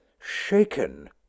Shaken